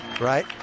right